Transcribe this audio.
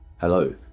Hello